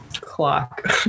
clock